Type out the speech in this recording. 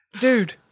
Dude